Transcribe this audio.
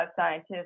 scientists